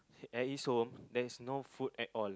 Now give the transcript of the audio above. at his home there is no food at all